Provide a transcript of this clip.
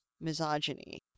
misogyny